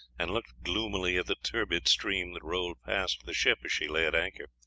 and looked gloomily at the turbid stream that rolled past the ship as she lay at anchor.